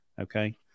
Okay